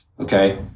Okay